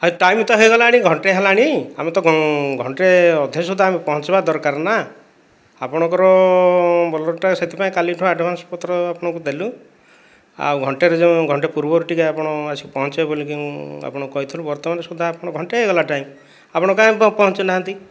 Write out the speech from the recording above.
ହଁ ଟାଇମ ତ ହେଇ ଗଲାଣି ଘଣ୍ଟେ ହେଲାଣି ଆମେ ତ ଘଣ୍ଟେ ଅଧେ ସୁଧା ପହଁଞ୍ଚିବା ଦରକାର ନା ଆପଣଙ୍କର ବୋଲେରୋଟା ସେଥିପାଇଁ କାଲିଠୁ ଆଡଭାନ୍ସ ପତ୍ର ଆପଣଙ୍କୁ ଦେଲୁ ଆଉ ଘଣ୍ଟେରେ ଯେଉଁ ଘଣ୍ଟେ ପୂର୍ବରୁ ଟିକେ ଆପଣ ଆସିକି ପହଁଞ୍ଚିବେ ବୋଲିକି ମୁଁ ଆପଣଙ୍କୁ କହିଥିଲୁ ବର୍ତ୍ତମାନ ସୁଦ୍ଧା ଆପଣ ଘଣ୍ଟେ ହେଇଗଲା ଟାଇମ ଆପଣ କାହିଁକି କଣ ପହଁଞ୍ଚୁ ନାହାନ୍ତି